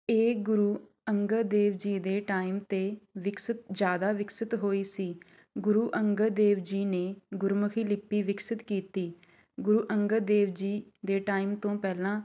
ਇਹ ਗੁਰੂ ਅੰਗਦ ਦੇਵ ਜੀ ਦੇ ਟਾਈਮ 'ਤੇ ਵਿਕਸਿਤ ਜ਼ਿਆਦਾ ਵਿਕਸਿਤ ਹੋਈ ਸੀ ਗੁਰੂ ਅੰਗਦ ਦੇਵ ਜੀ ਨੇ ਗੁਰਮੁਖੀ ਲਿਪੀ ਵਿਕਸਿਤ ਕੀਤੀ ਗੁਰੂ ਅੰਗਦ ਦੇਵ ਜੀ ਦੇ ਟਾਈਮ ਤੋਂ ਪਹਿਲਾਂ